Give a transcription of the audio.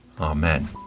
Amen